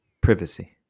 Privacy